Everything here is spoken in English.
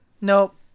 Nope